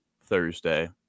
Thursday